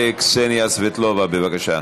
תעלה קסניה סבטלובה, בבקשה.